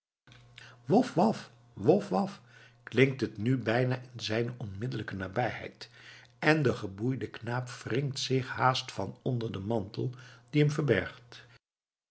wof waf wof waf klinkt het nu bijna in zijne onmiddellijke nabijheid en de geboeide knaap wringt zich haast van onder den mantel die hem verbergt